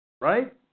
Right